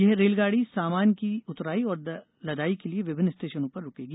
यह रेलगाडी सामान की उतराई और लदाई के लिए विभिन्न स्टेशनों पर रूकेगी